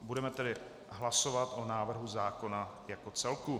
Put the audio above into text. Budeme tedy hlasovat o návrhu zákona jako celku.